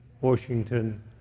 Washington